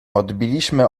odbiliśmy